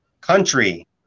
Country